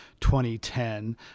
2010